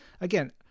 again